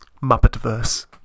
Muppet-verse